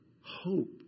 hope